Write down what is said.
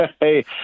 hey